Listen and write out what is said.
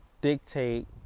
dictate